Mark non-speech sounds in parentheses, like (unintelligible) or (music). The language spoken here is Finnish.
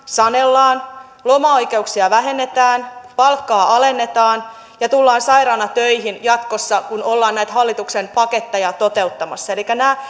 sanellaan lomaoikeuksia vähennetään palkkaa alennetaan ja tullaan sairaana töihin jatkossa kun ollaan näitä hallituksen paketteja toteuttamassa elikkä nämä (unintelligible)